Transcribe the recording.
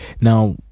Now